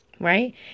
Right